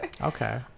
okay